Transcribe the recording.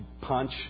punch